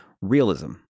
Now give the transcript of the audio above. realism